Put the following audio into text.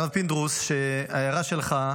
הרב פינדרוס, שההערה שלך,